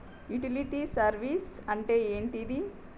Utility service అంటే ఏంటిది?